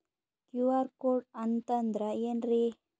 QR code ಅಂತಂದ್ರ ಏನ್ರೀ?